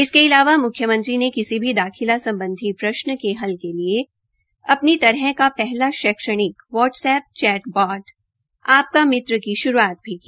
इसके अलावा मुख्यमंत्री ने ने किसी भी दाखिला सम्बधी प्रश्नों का हल के लिए अपनी तरह का पहला शैक्षणिक व्हाट एप्प चैट वाट आपका मित्र की श्रूआत भी की